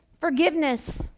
Forgiveness